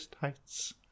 heights